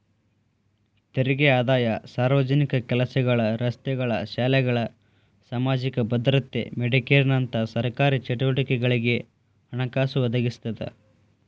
ತೆರಿಗೆ ಆದಾಯ ಸಾರ್ವಜನಿಕ ಕೆಲಸಗಳ ರಸ್ತೆಗಳ ಶಾಲೆಗಳ ಸಾಮಾಜಿಕ ಭದ್ರತೆ ಮೆಡಿಕೇರ್ನಂತ ಸರ್ಕಾರಿ ಚಟುವಟಿಕೆಗಳಿಗೆ ಹಣಕಾಸು ಒದಗಿಸ್ತದ